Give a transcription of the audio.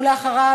ואחריו,